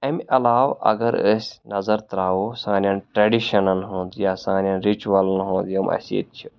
امۍ علاوٕ اَگر أسۍ نظر ترٛاوو سانٮ۪ن ٹرٛٮ۪ڈِشَنَن ہُنٛد یا سانٮ۪ن رِچوَلَن ہُنٛد یِم اَسہِ ییٚتہِ چھِ